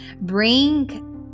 Bring